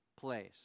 place